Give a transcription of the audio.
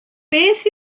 beth